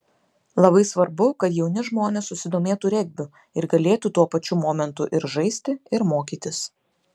labai svarbu kad jauni žmonės susidomėtų regbiu ir galėtų tuo pačiu momentu ir žaisti ir mokytis